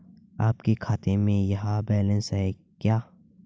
आपके खाते में यह बैलेंस है क्या?